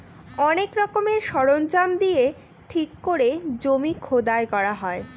অনেক রকমের সরঞ্জাম দিয়ে ঠিক করে জমি খোদাই করা হয়